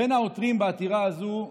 בין העותרים בעתירה הזאת,